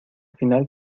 final